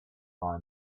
buy